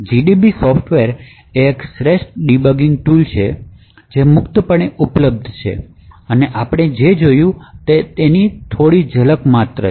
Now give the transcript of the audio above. gdb software એ એક શ્રેષ્ઠ ડિબગીંગ ટૂલ છે જે મુક્તપણે ઉપલબ્ધ છે અને આપણે જે જોયું તે થોડી ઝલક છે gdb ની